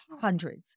hundreds